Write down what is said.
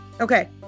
okay